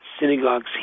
synagogues